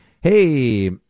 hey